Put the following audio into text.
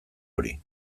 hori